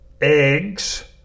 eggs